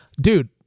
Dude